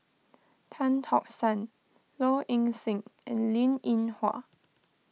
Tan Tock San Low Ing Sing and Linn in Hua